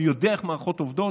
אבל אני יודע איך מערכות עובדות,